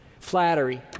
Flattery